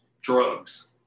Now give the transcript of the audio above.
drugs